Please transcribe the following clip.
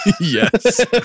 Yes